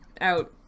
out